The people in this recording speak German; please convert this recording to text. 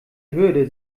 hürde